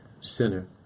sinner